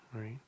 Right